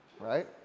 right